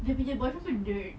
dia punya boyfriend pun nerd